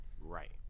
right